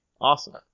Awesome